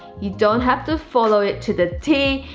you don't have to follow it to the t.